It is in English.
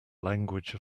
language